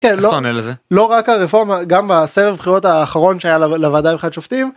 איך אתה עונה לזה? לא רק הרפורמה גם הסבב בחירות האחרון שהיה לוועדה לבחירת שופטים.